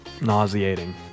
Nauseating